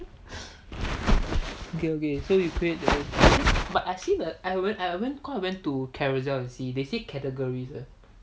okay okay so you create the is it but I see the I went I went cause I went to carousell and see they say categories eh